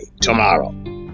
tomorrow